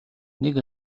нэг